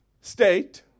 state